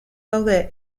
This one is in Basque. daude